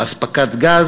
אספקת גז,